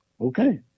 Okay